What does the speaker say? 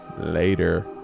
Later